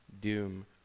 doom